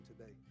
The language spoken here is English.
today